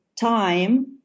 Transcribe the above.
time